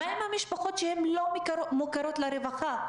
מה עם המשפחות שהן לא מוכרות לרווחה?